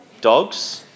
Dogs